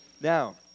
Now